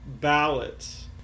ballots